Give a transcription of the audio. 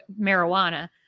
marijuana